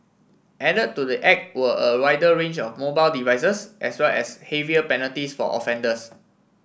added to the act were a wider range of mobile devices as well as heavier penalties for offenders